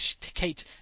Kate